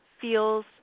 feels